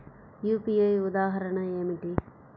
UPI ఉదాహరణ ఏమిటి?